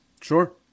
Sure